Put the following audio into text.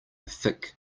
thick